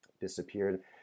disappeared